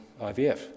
IVF